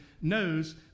knows